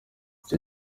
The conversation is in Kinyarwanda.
icyo